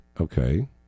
Okay